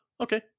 Okay